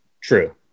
True